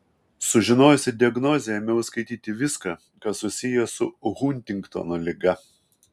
sužinojusi diagnozę ėmiau skaityti viską kas susiję su huntingtono liga